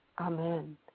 Amen